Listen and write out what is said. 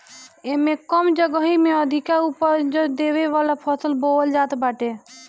एमे कम जगही में अधिका उपज देवे वाला फसल बोअल जात बाटे